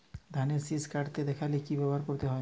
ধানের শিষ কাটতে দেখালে কি ব্যবহার করতে হয়?